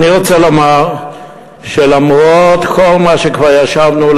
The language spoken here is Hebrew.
אני רוצה לומר שלמרות כל מה שכבר ישבנו,